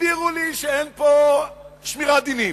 הסבירו לי שאין פה שמירת דינים,